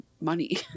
money